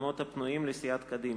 במקומות הפנויים לסיעת קדימה.